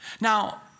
Now